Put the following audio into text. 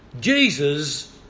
Jesus